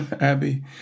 Abby